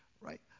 Right